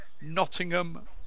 Nottingham